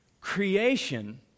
Creation